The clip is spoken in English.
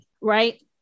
Right